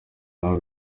nabo